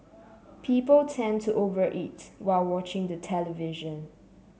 people tend to over eat while watching the television